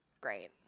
Great